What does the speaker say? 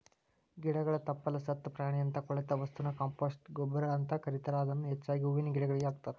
ಗಿಡಗಳ ತಪ್ಪಲ, ಸತ್ತ ಪ್ರಾಣಿಯಂತ ಕೊಳೆತ ವಸ್ತುನ ಕಾಂಪೋಸ್ಟ್ ಗೊಬ್ಬರ ಅಂತ ಕರೇತಾರ, ಇದನ್ನ ಹೆಚ್ಚಾಗಿ ಹೂವಿನ ಗಿಡಗಳಿಗೆ ಹಾಕ್ತಾರ